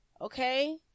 okay